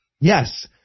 Yes